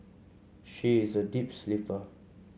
she is a deep sleeper